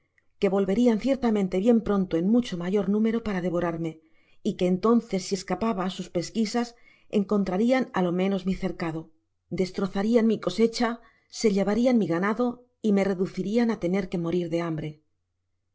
que volverian ciertamente bien pronto en mucho mayor número para devorarme y que entonces si escapaba á sus pesquisas encontrarian á lo menos mi cercado destrozarian mi cosecha se llevarian mi ganado y me reducirian a tener que morir de hambre